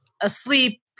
asleep